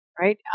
right